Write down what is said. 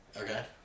Okay